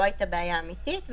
לא הייתה בעיה אמיתית,